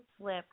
slip